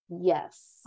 Yes